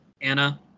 Anna